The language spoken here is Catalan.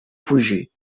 fugir